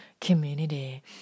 community